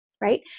right